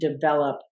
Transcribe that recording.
develop